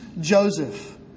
Joseph